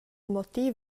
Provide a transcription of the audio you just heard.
motiv